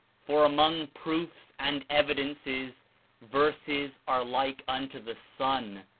for among proofs and evidences verses are like unto the sun,